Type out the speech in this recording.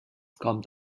kommt